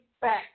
back